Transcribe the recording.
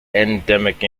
endemic